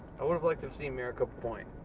i would've like to have seen maricopa point